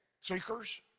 Seekers